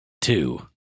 Two